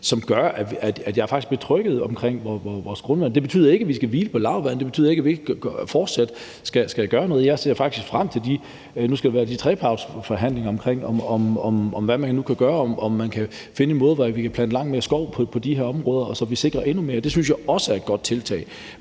som gør, at jeg faktisk er tryg ved vores grundvand. Det betyder ikke, at vi skal hvile på laurbærrene, det betyder ikke, at vi ikke fortsat skal gøre noget. Jeg ser faktisk frem til de trepartsforhandlinger om, hvad man kan gøre, om man kan finde en måde, hvorpå vi kan plante langt mere skov på de her områder, så vi sikrer det endnu mere. Det synes jeg også er et godt tiltag.